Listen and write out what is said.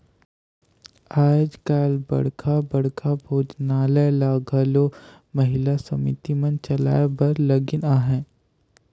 आएज काएल बड़खा बड़खा भोजनालय ल घलो महिला समिति मन चलाए बर लगिन अहें